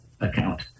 account